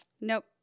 Nope